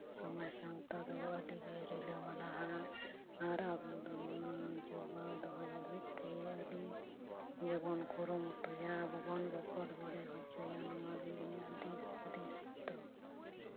ᱥᱚᱢᱟᱡᱽ ᱥᱟᱶᱛᱟ ᱫᱚ ᱟᱹᱰᱤ ᱜᱮ ᱨᱤᱞᱟᱹᱼᱢᱟᱞᱟ ᱟᱨ ᱟᱵᱚ ᱫᱚ ᱡᱳᱜᱟᱣ ᱫᱚᱦᱚᱭ ᱞᱟᱹᱜᱤᱫ ᱛᱮ ᱟᱹᱰᱤ ᱜᱮᱵᱚᱱ ᱠᱩᱨᱩᱢᱩᱴᱩᱭᱟ ᱵᱟᱵᱚᱱ ᱵᱚᱠᱚᱞ ᱵᱚᱰᱮ ᱦᱚᱪᱚᱭᱟ ᱱᱚᱣᱟ ᱜᱮ ᱤᱧᱟᱹᱜ ᱫᱤᱥ ᱦᱩᱫᱤᱥ ᱫᱚ